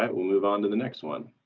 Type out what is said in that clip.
and we'll move on to the next one.